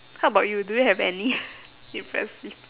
how about you do you have any impressive